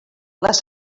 les